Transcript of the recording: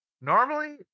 normally